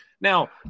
now